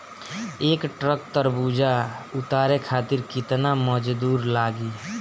एक ट्रक तरबूजा उतारे खातीर कितना मजदुर लागी?